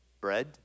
bread